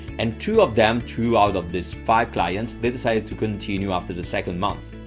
and two of them, two out of these five clients, they decided to continue after the second month.